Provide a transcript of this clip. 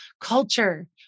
culture